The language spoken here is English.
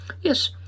Yes